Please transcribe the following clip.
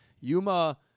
Yuma